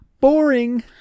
boring